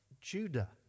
Judah